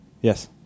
Yes